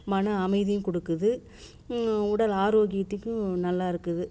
மன அமைதியும் கொடுக்குது உடல் ஆரோக்கியத்துக்கும் நல்லா இருக்குது